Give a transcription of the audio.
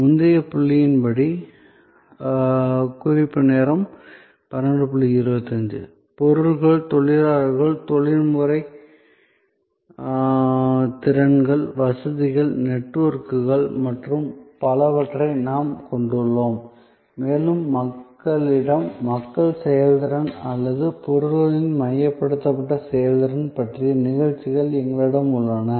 முந்தைய புள்ளியின்படி பொருட்கள் தொழிலாளர் தொழில்முறை திறன்கள் வசதிகள் நெட்வொர்க்குகள் மற்றும் பலவற்றை நாம் கொண்டுள்ளோம் மேலும் மக்களிடம் மக்கள் செயல்திறன் அல்லது பொருட்களின் மையப்படுத்தப்பட்ட செயல்திறன் பற்றிய நிகழ்ச்சிகள் எங்களிடம் உள்ளன